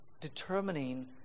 determining